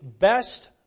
best